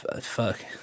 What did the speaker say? fuck